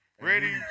Ready